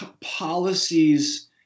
policies